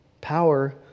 Power